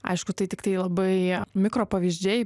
aišku tai tiktai labai mikro pavyzdžiai